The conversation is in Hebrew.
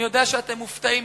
אני יודע שאתם מופתעים,